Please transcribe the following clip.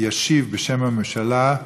ישיב בשם הממשלה,